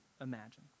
imagine